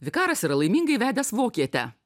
vikaras yra laimingai vedęs vokietę